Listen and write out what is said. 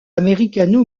américano